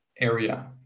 area